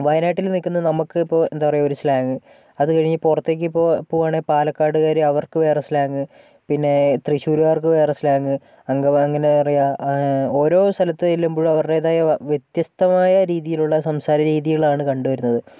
വയനാട്ടിൽ നിൽക്കുന്ന നമുക്ക് ഇപ്പോൾ എന്താ പറയുക ഒര് സ്ലാങ് അത്കഴിഞ്ഞ് പുറത്തേക്ക് പോ പോകുവാണെങ്കിൽ പാലക്കാട്ടുകാർ അവർക്ക് വേറെ സ്ലാങ് പിന്നെ തൃശ്ശൂര്കാർക്ക് വേറെ സ്ലാങ് അംഗമാ അങ്ങനെ പറയുക ഓരോ സ്ഥലത്ത് ചെല്ലുമ്പോഴും അവരുടേതായ വ്യത്യസ്ഥമായ രീതിയിലുള്ള സംസാര രീതികളാണ് കണ്ടു വരുന്നത്